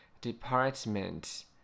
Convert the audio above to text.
Department